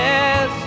Yes